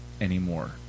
anymore